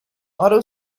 auto